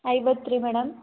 ಐವತ್ತು ರೀ ಮೇಡಮ್